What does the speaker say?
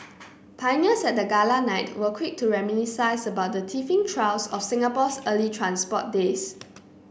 pioneers at the Gala night were quick to reminisce about the teething trials of Singapore's early transport days